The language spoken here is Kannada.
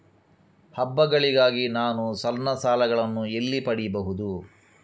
ಹಬ್ಬಗಳಿಗಾಗಿ ನಾನು ಸಣ್ಣ ಸಾಲಗಳನ್ನು ಎಲ್ಲಿ ಪಡಿಬಹುದು?